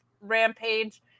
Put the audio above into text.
Rampage